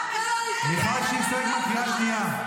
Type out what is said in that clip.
--- מיכל שיר סגמן, קריאה שנייה.